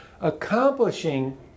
accomplishing